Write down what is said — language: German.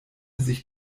sich